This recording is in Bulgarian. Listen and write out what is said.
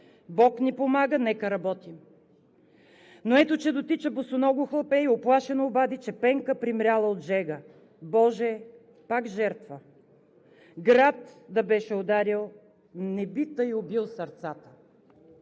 Бог ни помага, нека работим... Но ето че дотича... босоного хлапе и уплашено обади, че Пенка примряла от жега... Боже! Пак жертва! Град да беше ударил, не би тъй убил сърцата!“